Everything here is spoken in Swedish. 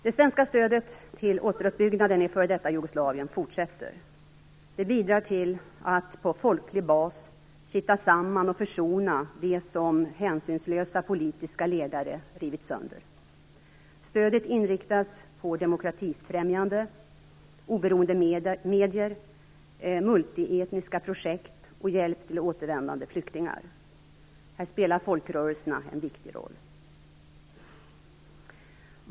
Det svenska stödet till återuppbyggnaden i f.d. Jugoslavien fortsätter. Det bidrar till att på folklig bas kitta samman och försona det som hänsynslösa politiska ledare rivit sönder. Stödet inriktas på demokratifrämjande, oberoende medier, multietniska projekt och hjälp till återvändande flyktingar. Här spelar folkrörelserna en viktig roll.